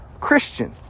Christian